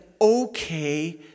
okay